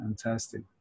fantastic